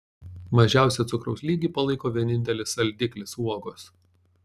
mažiausią cukraus lygį palaiko vienintelis saldiklis uogos